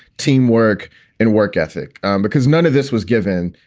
teamwork and work ethic because none of this was given.